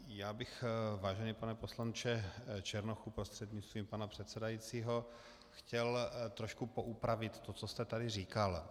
Já bych, vážený pane poslanče Černochu prostřednictvím pana předsedajícího, chtěl trošku poupravit to, co jste tady říkal.